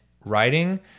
writing